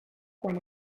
quan